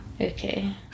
Okay